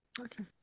okay